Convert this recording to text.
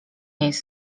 jest